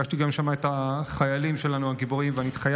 ופגשתי שם גם את החיילים הגיבורים שלנו והתחייבתי,